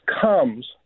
comes